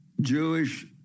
Jewish